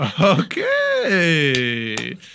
Okay